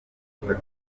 akamaro